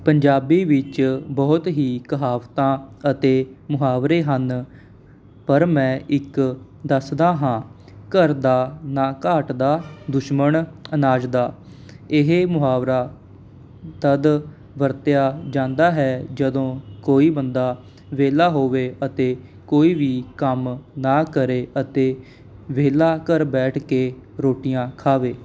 ਪੰਜਾਬੀ ਵਿੱਚ ਬਹੁਤ ਹੀ ਕਹਾਵਤਾਂ ਅਤੇ ਮੁਹਾਵਰੇ ਹਨ ਪਰ ਮੈਂ ਇੱਕ ਦੱਸਦਾ ਹਾਂ ਘਰ ਦਾ ਨਾ ਘਾਟ ਦਾ ਦੁਸ਼ਮਣ ਅਨਾਜ ਦਾ ਇਹ ਮੁਹਾਵਰਾ ਤਦ ਵਰਤਿਆ ਜਾਂਦਾ ਹੈ ਜਦੋਂ ਕੋਈ ਬੰਦਾ ਵੇਹਲਾ ਹੋਵੇ ਅਤੇ ਕੋਈ ਵੀ ਕੰਮ ਨਾ ਕਰੇ ਅਤੇ ਵੇਹਲਾ ਘਰ ਬੈਠ ਕੇ ਰੋਟੀਆਂ ਖਾਵੇ